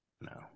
no